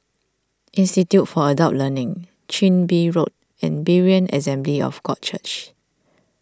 Institute for Adult Learning Chin Bee Road and Berean Assembly of God Church